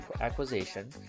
acquisition